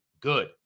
good